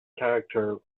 character